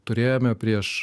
turėjome prieš